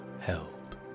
held